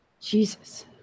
Jesus